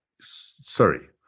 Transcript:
sorry